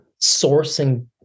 sourcing